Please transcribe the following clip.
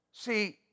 See